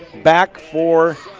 back for